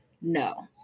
no